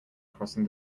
crossing